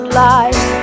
life